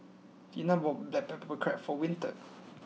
Tiana bought Black Pepper Crab for Winter